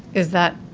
is that.